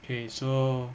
okay so